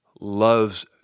loves